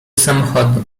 samochodu